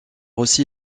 aussi